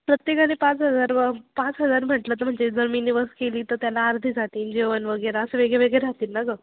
प्रत्येकाने पाच हजार व पाच हजार म्हटलं तर म्हणजे जर मीनी बस केली तर त्याला अर्धे जातील जेवण वगैरे असं वेगळेवेगळे राहतील ना गं